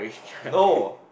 no